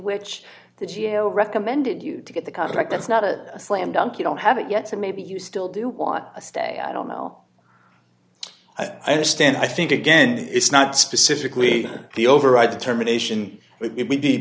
which the g a o recommended you to get the contract that's not a slam dunk you don't have it yet so maybe you still do want to stay i don't know i stand i think again it's not specifically the override determination it